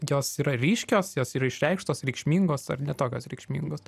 jos yra ryškios jos yra išreikštos reikšmingos ar ne tokios reikšmingos